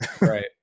Right